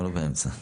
לא באמצע.